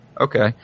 okay